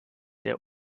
der